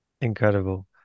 Incredible